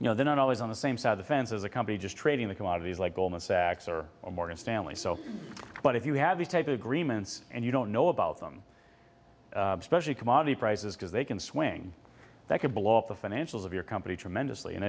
you know they're not always on the same side of the fence as a company just trading the commodities like goldman sachs or morgan stanley so what if you have these type of agreements and you don't know about them specially commodity prices because they can swing that could blow up the financials of your company tremendously and